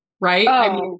right